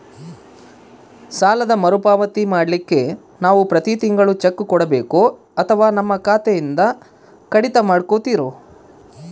ಸಾಲದ ಮರುಪಾವತಿ ಮಾಡ್ಲಿಕ್ಕೆ ನಾವು ಪ್ರತಿ ತಿಂಗಳು ಚೆಕ್ಕು ಕೊಡಬೇಕೋ ಅಥವಾ ನಮ್ಮ ಖಾತೆಯಿಂದನೆ ಕಡಿತ ಮಾಡ್ಕೊತಿರೋ?